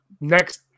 next